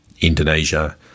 Indonesia